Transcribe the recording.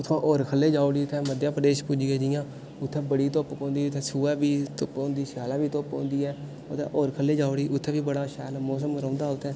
उत्थुआं होर ख'ल्लै जाओ उठी मध्या प्रदेश पुज्जी गे जि'यां उत्थै बड़ी धुप्प पौंदी उत्थै सोहै बी धुप्प होंदी स्यालै बी धुप्प होंदी ऐ उत्थै होर ख'ल्लै जाओ उठी उत्थै बी बड़ा शैल मौसम रौंह्दा उत्थै